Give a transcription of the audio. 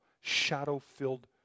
shadow-filled